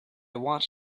want